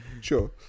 Sure